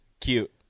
cute